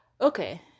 okay